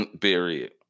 period